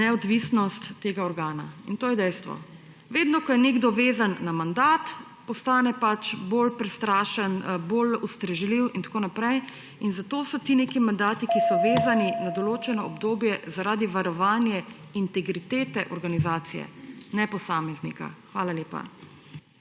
neodvisnost tega organa. To je dejstvo. Vedno ko je nekdo vezan na mandat, postane bolj prestrašen, bolj ustrežljiv in tako naprej. Zato so ti neki mandati, ki so vezani na določeno obdobje, zaradi varovanja integritete organizacije, ne posameznika. Hvala lepa.